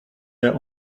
der